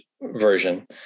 version